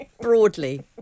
broadly